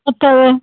করতে হবে